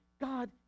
God